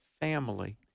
family